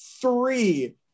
three